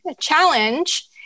challenge